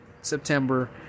September